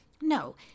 No